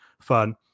fun